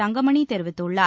தங்கமணி தெரிவித்துள்ளார்